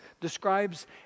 describes